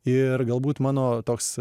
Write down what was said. ir galbūt mano toks